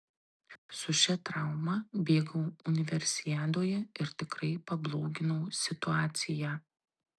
su šia trauma bėgau universiadoje ir tikrai pabloginau situaciją